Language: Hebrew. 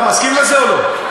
אתה מסכים לזה או לא?